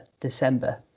december